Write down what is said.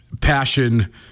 passion